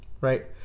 right